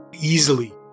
easily